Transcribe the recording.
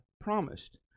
promised